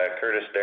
Curtis